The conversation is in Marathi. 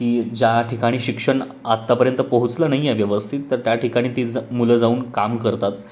की ज्या ठिकाणी शिक्षण आत्तापर्यंत पोहोचलं नाही आहे व्यवस्थित तर त्या ठिकाणी ती ज मुलं जाऊन काम करतात